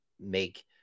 make